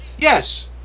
Yes